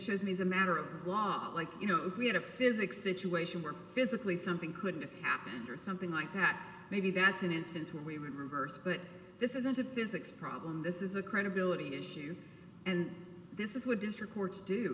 touches me as a matter of a lot like you know we had a physics situation where physically something could happen or something like that maybe that's an instance where we would reverse but this isn't a physics problem this is a credibility issue and this is with these records do